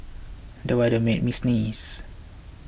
the weather made me sneeze